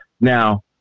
Now